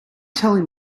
telling